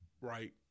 right